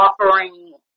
offering